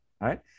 right